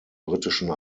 britischen